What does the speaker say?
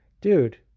Dude